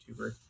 YouTuber